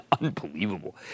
unbelievable